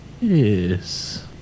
Yes